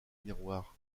miroir